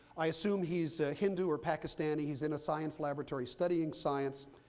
i assume he's hindu or pakistani. he's in a science laboratory studying science.